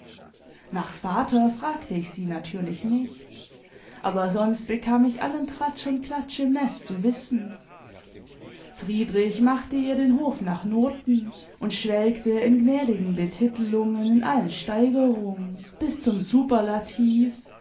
nach vater fragte ich sie natürlich nicht aber sonst bekam ich allen tratsch und klatsch im nest zu wissen friedrich machte ihr den hof nach noten und schwelgte in gnädigen betitelungen in allen steigerungen bis zum superlativ